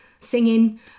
singing